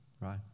right